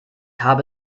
habe